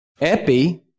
Epi